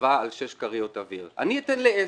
הטבה על שש כריות אוויר, אני אתן לעשר,